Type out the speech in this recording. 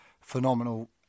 phenomenal